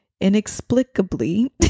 inexplicably